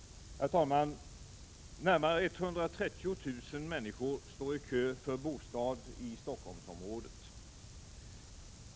Herr talman! Närmare 130 000 människor står i kö för bostad i Stockholmsområdet.